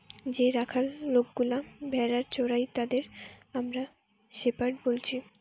যে রাখাল লোকগুলা ভেড়া চোরাই তাদের আমরা শেপার্ড বলছি